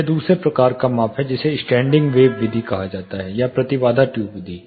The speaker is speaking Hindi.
यह दूसरे प्रकार का माप है जिसे स्टैंडिंग वेव विधि कहा जाता है या प्रतिबाधा ट्यूब विधि